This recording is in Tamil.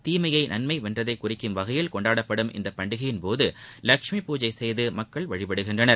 தீமையை நன்மை வென்றதை குறிக்கும் வகையில் கொண்டாடப்படும் இப்பண்டிகையின்போது லட்சுமி பூஜை செய்து மக்கள் வழிபடுகின்றனர்